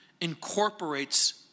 incorporates